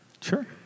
Sure